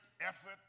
effort